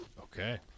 Okay